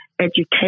education